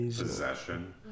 Possession